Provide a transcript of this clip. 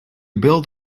build